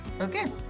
Okay